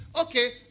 Okay